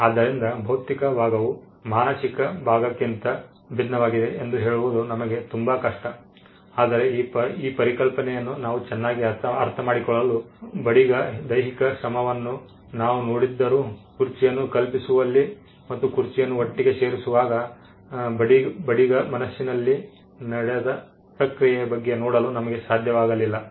ಆದ್ದರಿಂದ ಭೌತಿಕ ಭಾಗವು ಮಾನಸಿಕ ಭಾಗಕ್ಕಿಂತ ಭಿನ್ನವಾಗಿದೆ ಎಂದು ಹೇಳುವುದು ನಮಗೆ ತುಂಬಾ ಕಷ್ಟ ಆದರೆ ಈ ಪರಿಕಲ್ಪನೆಯನ್ನು ನಾವು ಚೆನ್ನಾಗಿ ಅರ್ಥಮಾಡಿಕೊಳ್ಳಲು ಬಡಗಿಯ ದೈಹಿಕ ಶ್ರಮವನ್ನು ನಾವು ನೋಡಿದ್ದರೂ ಕುರ್ಚಿಯನ್ನು ಕಲ್ಪಿಸುವಲ್ಲಿ ಮತ್ತು ಕುರ್ಚಿಯನ್ನು ಒಟ್ಟಿಗೆ ಸೇರಿಸುವಾಗ ಬಡಗಿಯ ಮನಸ್ಸಿನಲ್ಲಿ ನಡೆದ ಪ್ರಕ್ರಿಯೆಯೆ ಬಗ್ಗೆ ನೋಡಲು ನಮಗೆ ಸಾಧ್ಯವಾಗಲಿಲ್ಲ